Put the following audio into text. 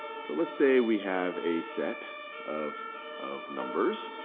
so let's say we have a set of of numbers.